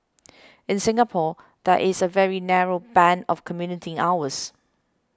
in Singapore there is a very narrow band of commuting hours